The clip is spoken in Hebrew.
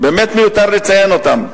באמת מיותר לציין אותם.